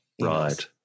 right